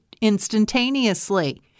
instantaneously